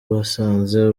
basanze